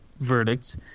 verdicts